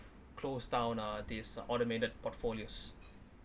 closed down uh these automated portfolios